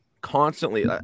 constantly